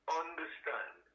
understand